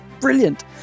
Brilliant